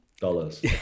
dollars